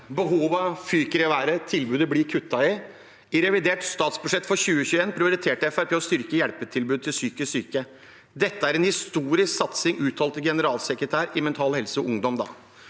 Behovene fyker i været. Tilbudet blir kuttet i. I revidert statsbudsjett for 2021 prioriterte Fremskrittspartiet å styrke hjelpetilbudet til psykisk syke. Dette er en historisk satsing, uttalte generalsekretær i Mental Helse Ungdom